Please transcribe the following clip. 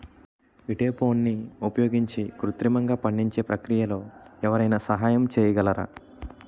ఈథెఫోన్ని ఉపయోగించి కృత్రిమంగా పండించే ప్రక్రియలో ఎవరైనా సహాయం చేయగలరా?